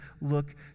look